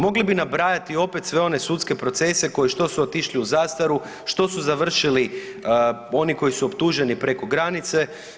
Mogli bi nabrajati i opet sve one sudske procese koji što su otišli u zastaru, što su završili oni koji su optuženi preko granice.